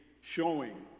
showing